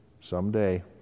someday